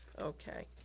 okay